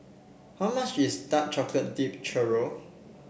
how much is Dark Chocolate Dip Churro